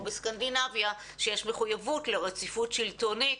כמו בסקנדינביה שיש מחויבות לרציפות שלטונית,